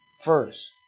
first